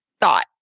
thought